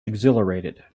exhilarated